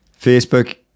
Facebook